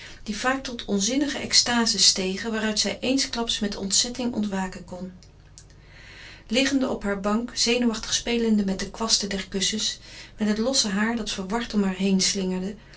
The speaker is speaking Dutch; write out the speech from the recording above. die vaak tot onzinnige extazes stegen waaruit zij eensklaps met ontzetting ontwaken kon liggende op hare bank zenuwachtig spelende met de kwasten der kussens met het losse haar dat verward om haar heen slingerde